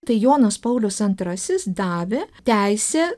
tai jonas paulius antrasis davė teisę